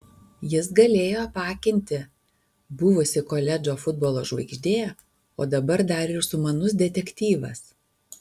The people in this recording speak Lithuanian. jis galėjo apakinti buvusi koledžo futbolo žvaigždė o dabar dar ir sumanus detektyvas